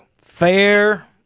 fair